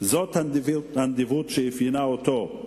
זאת הנדיבות שאפיינה אותו.